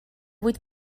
vuit